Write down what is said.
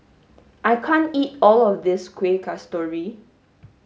I can't eat all of this Kuih Kasturi